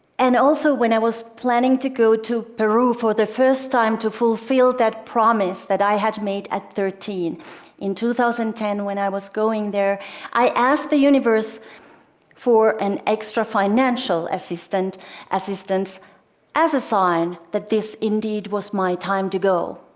and also when i was planning to go to peru for the first time to fulfill that promise that i had made at thirteen in two thousand and ten, when i was going there i asked the universe for an extra financial assistance assistance as a sign that this indeed was my time to go,